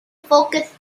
focus